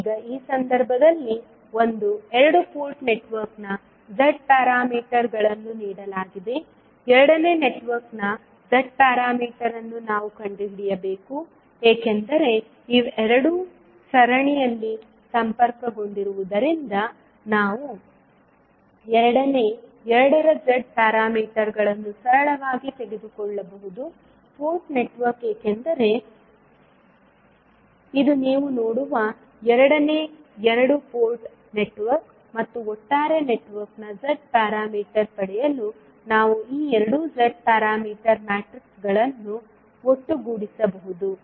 ಈಗ ಈ ಸಂದರ್ಭದಲ್ಲಿ ಒಂದು ಎರಡು ಪೋರ್ಟ್ ನೆಟ್ವರ್ಕ್ನ Z ಪ್ಯಾರಾಮೀಟರ್ಗಳನ್ನು ನೀಡಲಾಗಿದೆ ಎರಡನೇ ನೆಟ್ವರ್ಕ್ನ Z ಪ್ಯಾರಾಮೀಟರ್ ಅನ್ನು ನಾವು ಕಂಡುಹಿಡಿಯಬೇಕು ಏಕೆಂದರೆ ಇವೆರಡೂ ಸರಣಿಯಲ್ಲಿ ಸಂಪರ್ಕಗೊಂಡಿರುವುದರಿಂದ ನಾವು ಎರಡನೇ ಎರಡರ Z ನಿಯತಾಂಕಗಳನ್ನು ಸರಳವಾಗಿ ತೆಗೆದುಕೊಳ್ಳಬಹುದು ಪೋರ್ಟ್ ನೆಟ್ವರ್ಕ್ ಏಕೆಂದರೆ ಇದು ನೀವು ನೋಡುವ ಎರಡನೇ ಎರಡು ಪೋರ್ಟ್ ನೆಟ್ವರ್ಕ್ ಮತ್ತು ಒಟ್ಟಾರೆ ನೆಟ್ವರ್ಕ್ನ Z ಪ್ಯಾರಾಮೀಟರ್ ಪಡೆಯಲು ನಾವು ಈ ಎರಡು Z ಪ್ಯಾರಾಮೀಟರ್ ಮ್ಯಾಟ್ರಿಕ್ಗಳನ್ನು ಒಟ್ಟುಗೂಡಿಸಬಹುದು